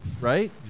right